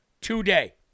today